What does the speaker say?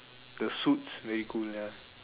the suits very cool ya